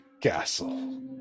castle